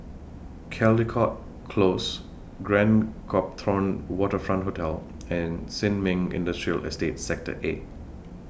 Caldecott Close Grand Copthorne Waterfront Hotel and Sin Ming Industrial Estate Sector A